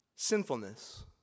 Sinfulness